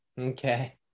Okay